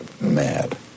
mad